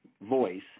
voice